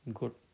good